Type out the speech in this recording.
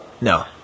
No